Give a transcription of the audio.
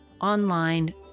online